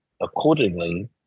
accordingly